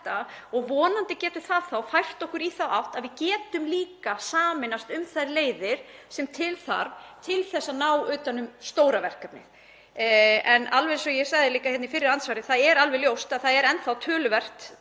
Vonandi getur það fært okkur í þá átt að við getum líka sameinast um þær leiðir sem til þarf til að ná utan um stóra verkefnið. En alveg eins og ég sagði líka í fyrra andsvari er alveg ljóst að enn þá ber töluvert